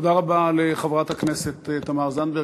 תודה רבה לחברת הכנסת תמר זנדברג.